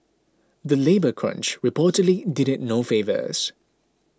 the labour crunch reportedly did it no favours